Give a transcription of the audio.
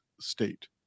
state